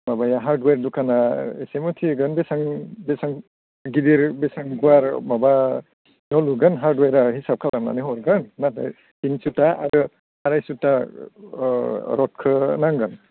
माबाया हार्डअवेर दुखाना एसे मिथिगोन बेसां बेसां गिदिर बेसां गुवार माबा न' लुगोन हार्डअवेरा हिसाब खामनानै हरगोन नाथाय तिन सुथा आरो आराय सुथा रडखो नांगोन